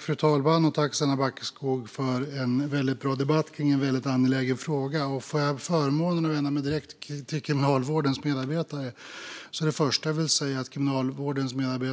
Fru talman! Tack, Sanna Backeskog, för en bra debatt om en väldigt angelägen fråga! Får jag förmånen att vända mig direkt till Kriminalvårdens medarbetare är det första jag vill säga att